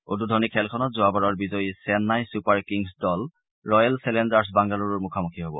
উদ্বোধনী খেলখনত যোৱা বাৰৰ বিজয়ী চেন্নাই ছুপাৰ কিংছ দল ৰয়েল চেলেঞ্জাৰ্ছ বাংগালুৰুৰ মুখামুখি হ'ব